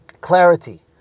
clarity